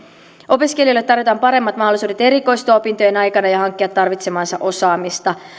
opiskelijoille tarjotaan paremmat mahdollisuudet erikoistua opintojen aikana ja hankkia tarvitsemaansa osaamista